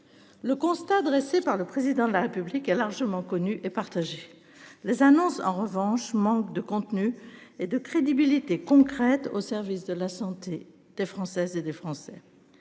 Le constat dressé par le président de la République a largement connu et partager les annonces en revanche manque de contenu et de crédibilité concrète au service de la santé des Françaises et des Français.